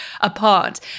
apart